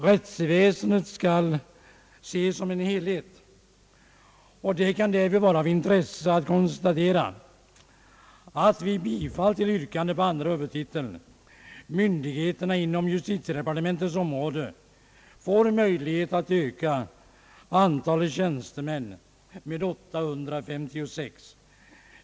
Rättsväsendet skall ses som en helhet, och det kan därvid vara av intresse att konstatera att myndigheterna inom <justitiedepartementets verksamhetsområde får möjlighet att öka antalet tjänster med 856, om riksdagen bifaller yrkandena under andra huvudtiteln.